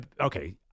okay